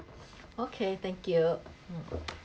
okay thank you mm